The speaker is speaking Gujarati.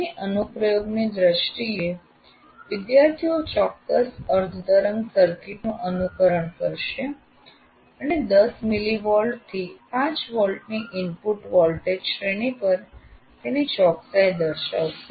અહીં અનુપ્રયોગની દ્રષ્ટિએ વિદ્યાર્થીઓ ચોક્કસ અર્ધ તરંગ સર્કિટ નું અનુકરણ કરશે અને 10 મિલિવોલ્ટ થી 5 વોલ્ટ ની ઇનપુટ વોલ્ટેજ શ્રેણી પર તેની ચોકસાઈ દર્શાવશે